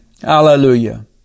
hallelujah